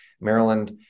Maryland